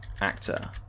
Actor